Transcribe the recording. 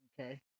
Okay